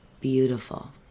beautiful